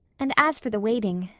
and as for the waiting,